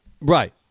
Right